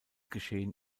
geschehen